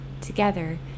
Together